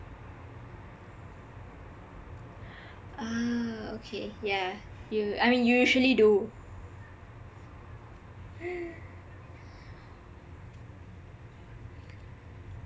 uh okay yah u~ I mean usually do